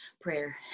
prayer